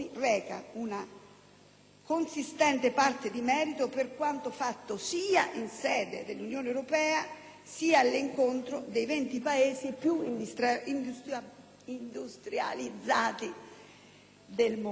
consistente parte di merito per quanto fatto sia in sede di Unione europea, sia nell'ambito dell'incontro dei venti Paesi più industrializzati del mondo.